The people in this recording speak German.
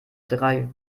drei